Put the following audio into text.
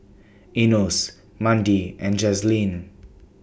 Enos Mandi and Jazlene